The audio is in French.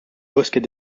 bosquet